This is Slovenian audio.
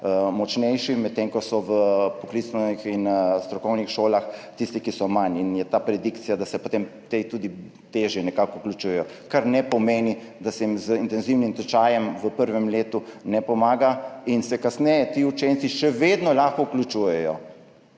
močnejši, medtem ko so v poklicnih in strokovnih šolah tisti, ki so manj. In je ta predikcija, da se potem ti tudi težje nekako vključujejo, kar ne pomeni, da se jim z intenzivnim tečajem v prvem letu ne pomaga. Kasneje se ti učenci še vedno lahko vključujejo,